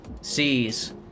sees